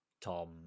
Tom